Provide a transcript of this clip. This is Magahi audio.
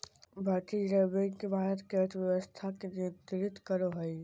भारतीय रिज़र्व बैक भारत के अर्थव्यवस्था के नियन्त्रित करो हइ